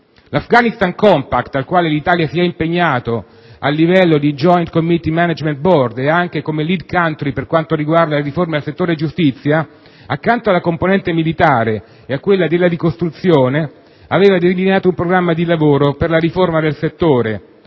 L'Afghanistan Compact, al quale l'Italia si è impegnata a livello di *Joint Coordination and Monitoring Board* (JCMB) e anche come *lead country* per quanto riguarda le riforme nel settore della giustizia, accanto alla componente militare a quella della ricostruzione, aveva delineato un programma di lavoro per la riforma al settore,